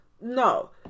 no